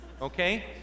Okay